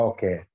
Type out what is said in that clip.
Okay